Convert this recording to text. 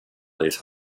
these